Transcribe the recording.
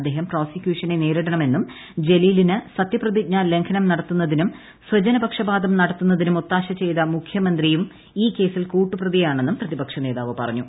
അദ്ദേഹം പ്രോസിക്യൂഷനെ നേരിടണമെന്നും ജലീലിന് സത്യപ്രതിജ്ഞാ ലംഘനം നടത്തുന്നതിനും സ്വജനപക്ഷപാതം നടത്തുന്നതിനും ഒത്താശ്ശ ചെയ്ത മുഖ്യമന്ത്രിയും ഈ കേസിൽ കൂട്ടു പ്രതിയാണെന്നും പ്രിത്യപ്ക്ഷനേതാവ് പറഞ്ഞു